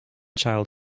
child